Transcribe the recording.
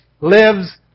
lives